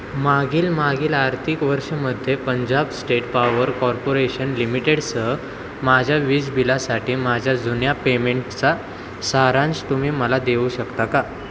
मागील मागील आर्थिक वर्षामध्ये पंजाब स्टेट पावर कॉर्पोरेशन लिमिटेडसह माझ्या वीज बिलासाठी माझ्या जुन्या पेमेंटचा सारांश तुम्ही मला देऊ शकता का